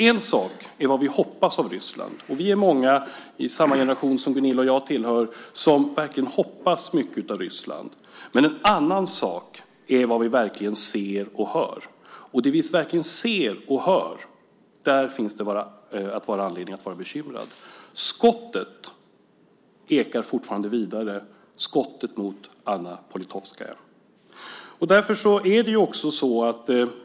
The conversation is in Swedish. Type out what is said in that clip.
En sak är vad vi hoppas av Ryssland - och vi är många i den generation som Gunilla och jag tillhör som verkligen hoppas mycket av Ryssland - men det är en helt annan sak vad vi verkligen ser och hör. Det vi ser och hör ger anledning att vara bekymrad. Skottet mot Anna Politkovskaja ekar fortfarande.